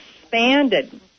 expanded